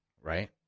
right